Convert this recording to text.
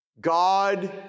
God